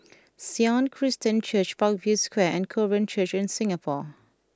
Sion Christian Church Parkview Square and Korean Church in Singapore